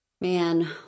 Man